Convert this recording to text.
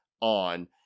on